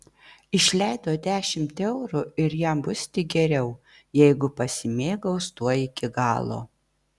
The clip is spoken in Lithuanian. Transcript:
išleido dešimt eurų ir jam bus tik geriau jeigu pasimėgaus tuo iki galo